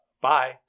Bye